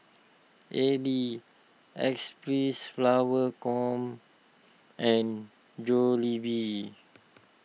Elle Xpressflower Com and Jollibee